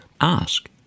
Ask